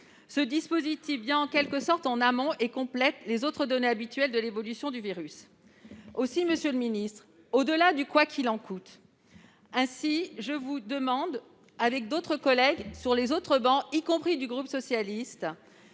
Ce dispositif intervient en quelque sorte en amont pour compléter les autres données habituelles sur l'évolution du virus. Aussi, monsieur le ministre, au-delà du « quoi qu'il en coûte », nous vous demandons avec d'autres collègues issus de différentes travées, y compris du groupe socialiste,